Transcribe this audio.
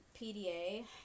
PDA